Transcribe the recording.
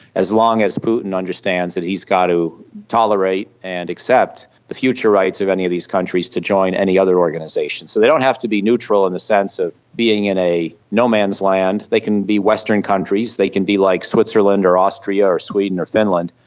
as long as putin understands that he's got to tolerate and accept the future rights of any of these countries to join any other organisations. so they don't have to be neutral in the sense of being in a no man's land, they can be western countries, they can be like switzerland or austria or sweden or finland.